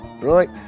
right